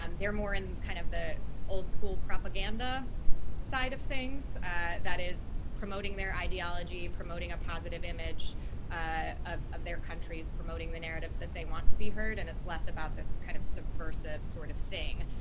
um they're more in kind of the old school propaganda side of things that is promoting their ideology, promoting a positive image ah of of their countries, promoting the narratives that they want to be heard, and it's less about this kind of subversive sort of thing.